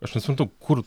aš nesuprantu kur